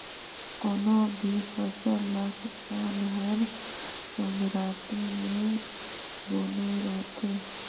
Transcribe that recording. कोनो भी फसल ल किसान हर संघराती मे बूने रहथे